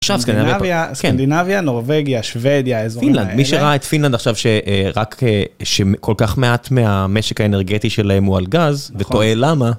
עכשיו סקנדינביה, סקנדינביה, נורבגיה, שוודיה, אזורים מהאלה. -פינלנד, מי שראה את פינלנד עכשיו שרק... שכל כך מעט מהמשק האנרגטי שלהם הוא על גז, ותוהה למה,